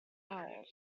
owls